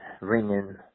ringing